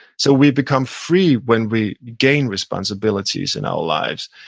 so we become free when we gain responsibilities in our lives,